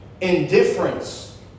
indifference